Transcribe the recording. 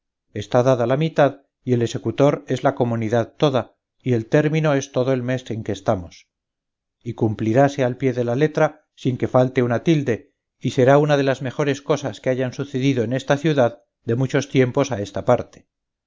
está dada la mitad y el esecutor es la comunidad toda y el término es todo el mes en que estamos y cumpliráse al pie de la letra sin que falte una tilde y será una de las mejores cosas que hayan sucedido en esta ciudad de muchos tiempos a esta parte